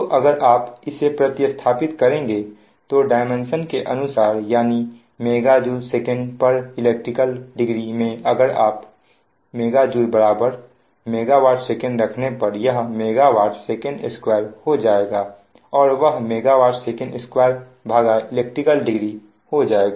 तो अगर आप इसे प्रति स्थापित करेंगे तो डायमेंशन के अनुसार यानी MJ Sec elect degree में अगर MJ MW Sec रखने पर यह MW sec2 हो जाएगा और वह MW sec2 elect degree हो जाएगा